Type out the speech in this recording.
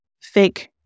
fake